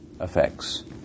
effects